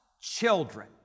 children